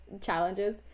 challenges